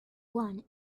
one